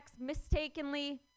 mistakenly